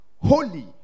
holy